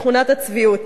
בתכונת הצביעות.